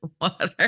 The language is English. water